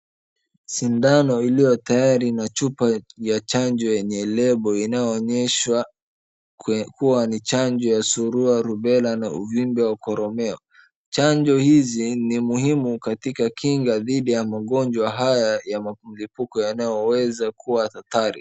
Sindano iliyotayari na chupa ya chanjo yenye label inayoonyesha kuwa ni chanjo ya surua rubela na uvimbe wa koromeo. Chanjo hizi ni muhimu katika kinga dhidi ya magonjwa haya ya mlipuko yanayoweza kuwa hatari.